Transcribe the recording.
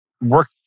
work